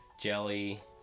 Jelly